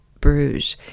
Bruges